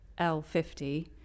L50